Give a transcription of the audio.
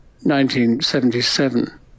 1977